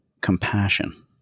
compassion